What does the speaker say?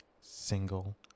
single